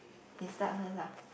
you start first ah